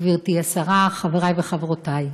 גברתי השרה, חברי וחברותי,